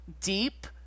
deep